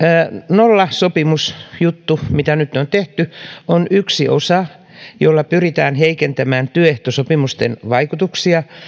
nollasopimusjuttu mikä nyt on tehty on yksi osa jolla pyritään heikentämään työehtosopimusten vaikutuksia